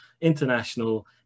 international